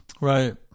right